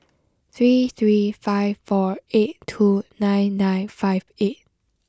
three three five four eight two nine nine five eight